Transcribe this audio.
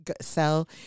sell